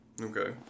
Okay